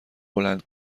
بلند